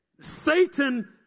Satan